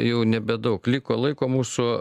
jau nebedaug liko laiko mūsų